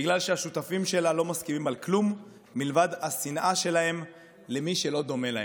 בגלל שהשותפים בה לא מסכימים על כלום לבד מהשנאה שלהם למי שלא דומה להם.